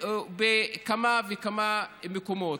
בכמה וכמה מקומות.